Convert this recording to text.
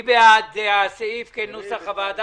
מי בעד סעיף 13 כנוסח הוועדה?